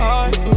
eyes